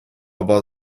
about